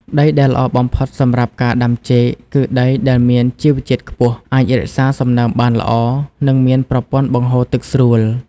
ដីដែលល្អបំផុតសម្រាប់ការដាំចេក គឺដីដែលមានជីវជាតិខ្ពស់ អាចរក្សាសំណើមបានល្អ និងមានប្រព័ន្ធបង្ហូរទឹកស្រួល។